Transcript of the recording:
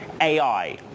ai